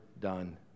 done